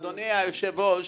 אדוני היושב-ראש,